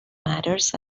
matters